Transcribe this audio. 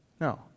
No